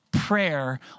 prayer